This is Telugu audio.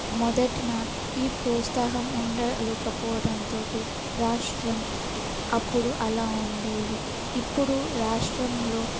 మొదటిగా ఈ ప్రోత్సాహం ఉండకపోవటంతో రాష్ట్రం అప్పుడు అలా ఉండేవి ఇప్పుడు రాష్ట్రంలో